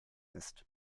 ist